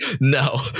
No